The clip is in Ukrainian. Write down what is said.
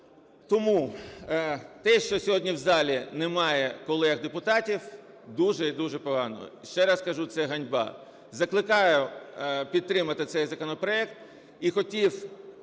Тому те, що сьогодні в залі немає колег депутатів, дуже і дуже погано, ще раз кажу, це ганьба. Закликаю підтримати цей законопроект. І хотів